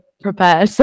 prepare